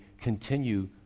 continue